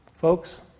Folks